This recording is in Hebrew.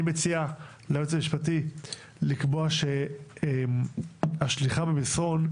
אני מציע ליועץ המשפטי לקבוע שהשליחה במסרון,